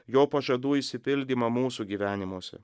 jo pažadų išsipildymą mūsų gyvenimuose